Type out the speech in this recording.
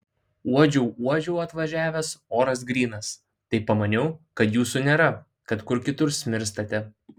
uodžiau uodžiau atvažiavęs oras grynas tai pamaniau kad jūsų nėra kad kur kitur smirstate